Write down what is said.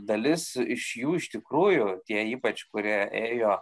dalis iš jų iš tikrųjų tie ypač kurie ėjo